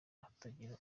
batagira